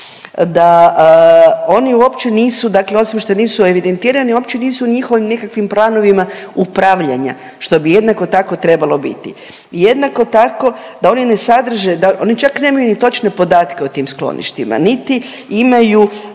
Da oni uopće nisu, dakle osim što nisu evidentirani uopće nisu u njihovim nikakvim planovima upravljanja što bi jednako tako trebalo biti. Jednako tako da oni ne sadrže, oni čak nemaju ni točne podatke o tim skloništima niti imaju,